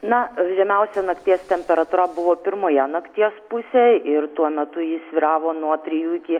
na žemiausia nakties temperatūra buvo pirmoje nakties pusėj ir tuo metu ji svyravo nuo trijų iki